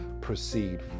proceed